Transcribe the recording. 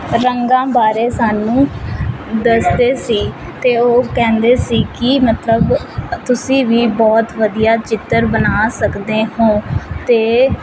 ਰੰਗਾਂ ਬਾਰੇ ਸਾਨੂੰ ਦੱਸਦੇ ਸੀ ਅਤੇ ਉਹ ਕਹਿੰਦੇ ਸੀ ਕਿ ਮਤਲਬ ਅ ਤੁਸੀਂ ਵੀ ਬਹੁਤ ਵਧੀਆ ਚਿੱਤਰ ਬਣਾ ਸਕਦੇ ਹੋ ਅਤੇ